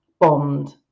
bond